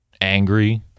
angry